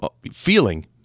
feeling